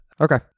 Okay